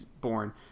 born